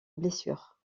blessure